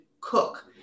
cook